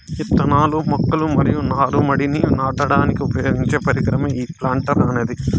ఇత్తనాలు, మొక్కలు మరియు నారు మడిని నాటడానికి ఉపయోగించే పరికరమే ఈ ప్లాంటర్ అనేది